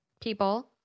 people